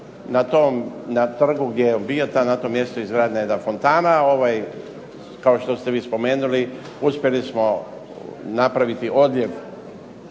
na trgu gdje je on bio, na tom mjestu je izgrađena jedna fontana. Kao što ste vi spomenuli uspjeli smo napraviti odljev,